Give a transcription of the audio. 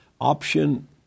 option